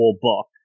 book